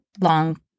long